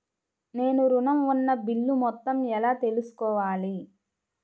నేను ఋణం ఉన్న బిల్లు మొత్తం ఎలా తెలుసుకోవాలి?